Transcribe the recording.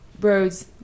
roads